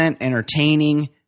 entertaining